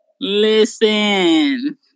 Listen